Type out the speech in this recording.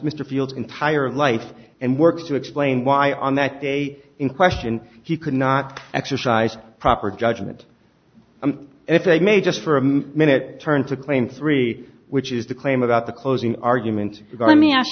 mr fields entire life and works to explain why on that day in question he could not exercise proper judgment if i may just for a minute turn to claim three which is the claim about the closing arguments by me as